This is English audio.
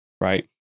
right